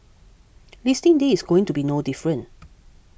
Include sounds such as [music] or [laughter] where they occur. [noise] listing day is going to be no different